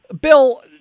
Bill